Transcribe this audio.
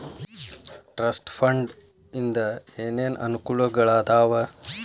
trust fund ಇಂದ ಏನೇನ್ ಅನುಕೂಲಗಳಾದವ